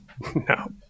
No